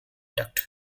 duct